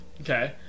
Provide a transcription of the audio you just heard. Okay